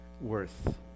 worth